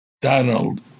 Donald